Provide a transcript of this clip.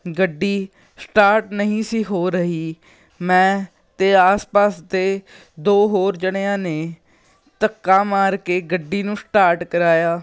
ਗੱਡੀ ਸਟਾਰਟ ਨਹੀਂ ਸੀ ਹੋ ਰਹੀ ਮੈਂ ਅਤੇ ਆਸ ਪਾਸ ਤੇ ਦੋ ਹੋਰ ਜਣਿਆਂ ਨੇ ਧੱਕਾ ਮਾਰ ਕੇ ਗੱਡੀ ਨੂੰ ਸਟਾਰਟ ਕਰਾਇਆ